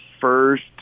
first